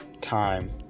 time